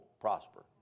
prosper